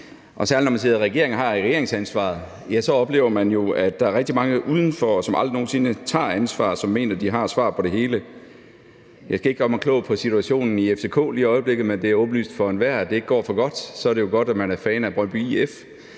og særlig når man sidder i regering og har regeringsansvaret, jo ofte oplever, at der er rigtig mange udenfor, som aldrig nogen sinde tager ansvaret, og som mener, at de har svar på det hele. Jeg skal ikke gøre mig klog på situationen i FCK lige i øjeblikket, men det er åbenlyst for enhver, at det ikke går for godt. Så er det jo godt, at man er fan af Brøndby IF,